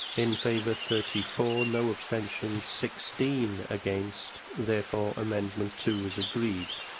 in favour thirty four, no abstentions, sixteen against. therefore, amendment two is agreed.